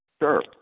Sure